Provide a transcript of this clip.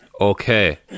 Okay